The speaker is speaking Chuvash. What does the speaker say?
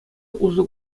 усӑ